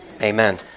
Amen